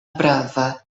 brava